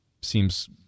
seems